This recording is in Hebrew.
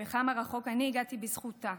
וכמה רחוק אני הגעתי בזכותה,